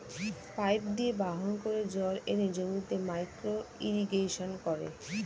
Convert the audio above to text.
pipe দিয়ে বাহন করে জল এনে জমিতে মাইক্রো ইরিগেশন করে